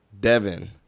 Devin